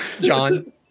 John